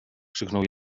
krzyknął